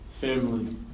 family